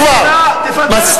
להישאר